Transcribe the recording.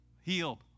healed